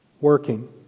working